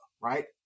right